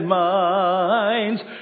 minds